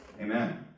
Amen